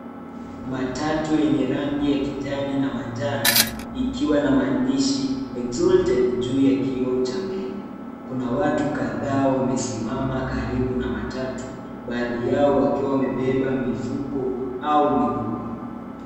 Matatu yenye rangi ya kijani na manjano ikiwa na maandishi exulted juu ya kioo cha mbele. Kuna watu kadhaa wamesimama karibu na matatu baadhi yao wakiwa wame beba mifuko au mikoba.